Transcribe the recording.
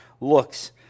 looks